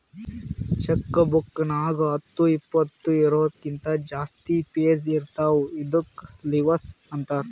check book ನಾಗ್ ಹತ್ತು ಇಪ್ಪತ್ತು ಇದೂರ್ಕಿಂತ ಜಾಸ್ತಿ ಪೇಜ್ ಇರ್ತಾವ ಇದ್ದುಕ್ ಲಿವಸ್ ಅಂತಾರ್